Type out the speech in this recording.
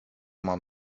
mam